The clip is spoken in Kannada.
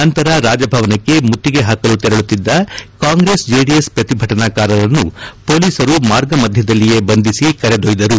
ನಂತರ ರಾಜಭವನಕ್ಕೆ ಮುತ್ತಿಗೆ ಹಾಕಲು ತೆರಳುತ್ತಿದ್ದ ಕಾಂಗ್ರೆಸ್ ಜೆಡಿಎಸ್ ಪ್ರತಿಭಟನಾಕಾರರನ್ನು ಪೊಲೀಸರು ಮಾರ್ಗ ಮಧ್ಯದಲ್ಲಿಯೇ ಬಂಧಿಸಿ ಕರೆದೊಯ್ದರು